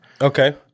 Okay